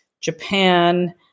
Japan